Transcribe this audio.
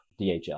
DHL